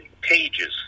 pages